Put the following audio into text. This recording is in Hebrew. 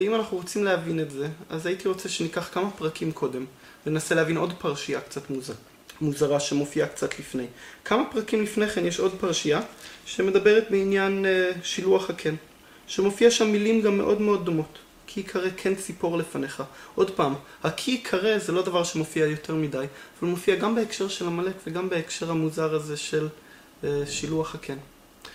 ואם אנחנו רוצים להבין את זה, אז הייתי רוצה שניקח כמה פרקים קודם וננסה להבין עוד פרשייה קצת מוזרה שמופיעה קצת לפני. כמה פרקים לפני כן יש עוד פרשייה שמדברת בעניין שילוח הקן, שמופיע שם מילים גם מאוד מאוד דומות. כי ייקרה כן ציפור לפניך. עוד פעם, הכי ייקרה זה לא דבר שמופיע יותר מדי, אבל מופיע גם בהקשר של המלך וגם בהקשר המוזר הזה של שילוח הקן.